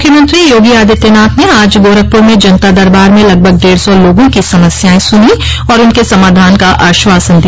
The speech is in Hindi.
मुख्यमंत्री योगी आदित्यनाथ ने आज गोरखपूर में जनता दरबार में लगभग डेढ़ सौ लोगों की समस्याएं सुनी और उनके समाधान का आश्वासन दिया